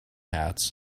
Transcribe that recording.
hats